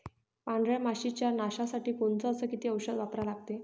पांढऱ्या माशी च्या नाशा साठी कोनचं अस किती औषध वापरा लागते?